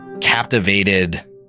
captivated